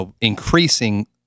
increasing